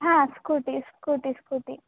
ಹಾಂ scooty scooty scooty